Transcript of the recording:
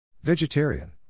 Vegetarian